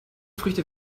früchte